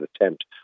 attempt